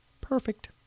perfect